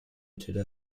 today